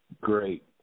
Great